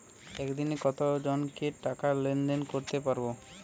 একদিন কত জনকে টাকা লেনদেন করতে পারবো?